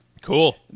Cool